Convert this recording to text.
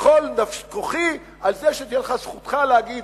בכל כוחי על זה שתהיה זכותך להגיד,